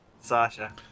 Sasha